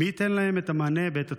מי ייתן להם את המענה בעת הצורך?